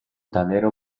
tablero